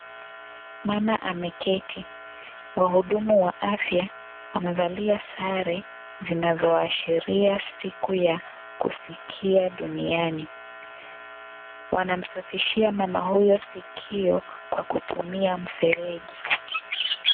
Mama ameketi. Wahudumu wa afya wamevalia sare zinazoashiria siku ya kusikia duniani. Wanamsafishia mama huyo sikio, kwa kutumia mfereji.